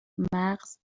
مغز